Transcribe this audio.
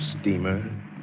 steamer